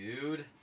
dude